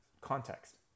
context